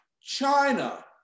China